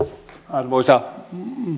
arvoisa